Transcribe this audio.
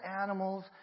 animals